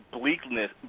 bleakness